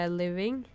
living